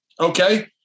Okay